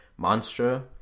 Monstro